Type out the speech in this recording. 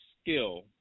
skill